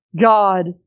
God